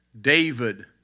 David